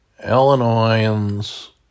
Illinoisans